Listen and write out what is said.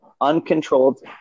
uncontrolled